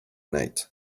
night